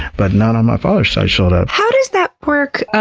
but no one on my father's side showed up. how does that work?